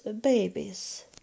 babies